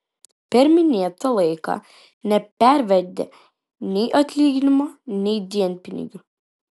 per minėtą laiką nepervedė nei atlyginimo nei dienpinigių